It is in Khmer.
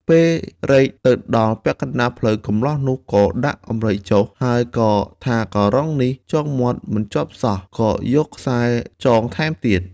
ពេលរែកទៅដល់ពាក់កណ្តាលផ្លូវ កម្លោះនោះក៏ដាក់អម្រែកចុះ ហើយក៏ថាការុងនេះចងមាត់មិនជាប់សោះ ក៏យកខ្សែចងថែមទៀត